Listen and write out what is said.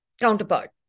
counterpart